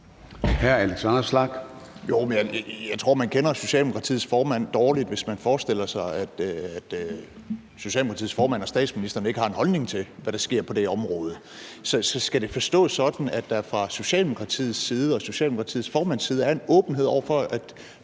Jeg tror, at man kender Socialdemokratiets formand dårligt, hvis man forestiller sig, at Socialdemokratiets formand og statsministeren ikke har en holdning til, hvad der sker på det område. Så skal det forstås sådan, at der fra Socialdemokratiets side og Socialdemokratiets formands side er en åbenhed over for at